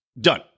Done